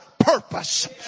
purpose